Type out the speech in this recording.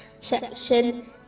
section